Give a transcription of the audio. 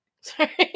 Sorry